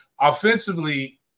Offensively